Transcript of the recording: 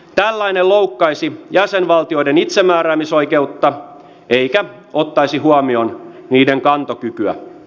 tällainen loukkaisi jäsenvaltioiden itsemääräämisoikeutta eikä ottaisi huomioon niiden kantokykyä